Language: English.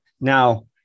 now